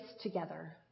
together